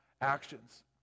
actions